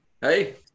hey